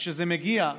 וכשזה מגיע,